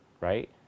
right